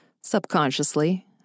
subconsciously